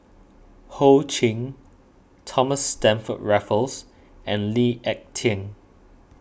Ho Ching Thomas Stamford Raffles and Lee Ek Tieng